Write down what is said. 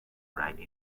ride